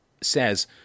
says